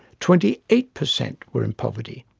twenty eight per cent were in poverty.